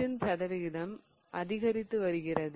sன் சதவீதம் அதிகரித்து வருகிறது